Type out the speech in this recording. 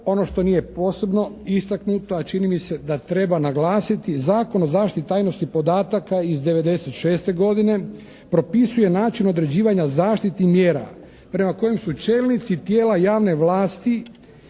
ono što nije posebno istaknuto a čini mi se da treba naglasiti Zakon o zaštiti tajnosti podataka iz 1996. godine propisuje način određivanja zaštitnih mjera prema kojima su čelnici tijela javne vlasti